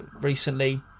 Recently